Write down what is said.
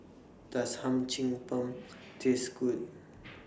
Does Hum Chim Peng Taste Good